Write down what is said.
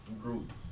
group